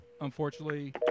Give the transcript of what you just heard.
Unfortunately